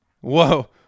whoa